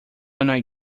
annoy